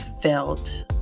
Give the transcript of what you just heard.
felt